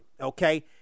okay